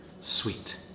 sweet